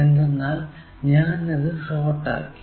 എന്തെന്നാൽ ഞാൻ ഇത് ഷോർട് ആക്കി